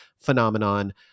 phenomenon